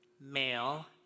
male